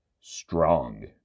Strong